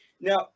Now